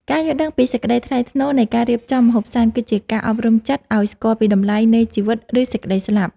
ការយល់ដឹងពីសេចក្តីថ្លៃថ្នូរនៃការរៀបចំម្ហូបសែន គឺជាការអប់រំចិត្តឱ្យស្គាល់ពីតម្លៃនៃជីវិត ឬសេចក្តីស្លាប់។